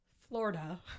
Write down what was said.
Florida